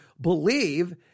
believe